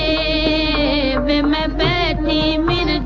a bad name i mean at